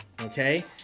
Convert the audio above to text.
Okay